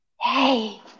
Hey